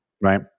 Right